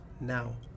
now